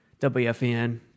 WFN